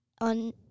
on